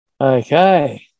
Okay